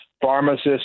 pharmacists